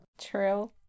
True